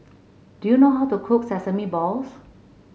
do you know how to cook Sesame Balls